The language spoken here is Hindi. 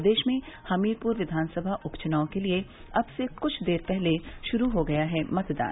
प्रदेश में हमीरपुर विधान सभा उपचुनाव के लिए अब से कुछ देर पहले शुरू हो गया है मतदान